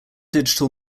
digital